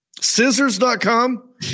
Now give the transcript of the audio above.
scissors.com